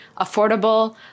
Affordable